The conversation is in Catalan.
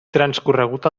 transcorregut